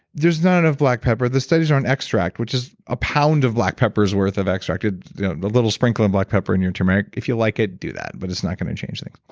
there's not enough black pepper. the studies on extract, which is a pound of black peppers worth of extract, the little sprinkle and black pepper in your turmeric, if you like it, do that but it's not going to change things.